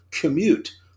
commute